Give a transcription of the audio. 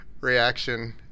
reaction